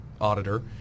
Auditor